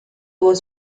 was